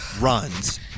runs